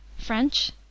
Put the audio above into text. french